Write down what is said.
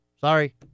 Sorry